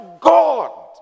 God